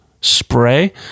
spray